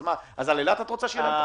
אז מה, אז על אילת את רוצה ---?